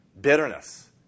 bitterness